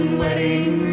wedding